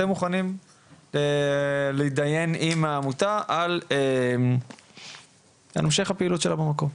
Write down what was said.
אתם מוכנים להתדיין עם העמותה על המשך פעילותה במקום.